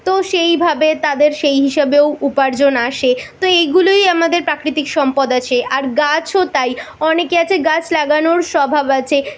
তো সেইভাবে তাদের সেই হিসাবেও উপার্জন আসে তো এইগুলোই আমাদের প্রাকৃতিক সম্পদ আছে আর গাছও তাই অনেকে আছে গাছ লাগানোর স্বভাব আছে